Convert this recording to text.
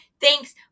Thanks